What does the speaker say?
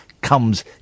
comes